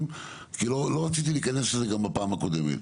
כי לא רציתי להיכנס לזה גם בפעם הקודמת.